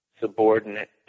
subordinate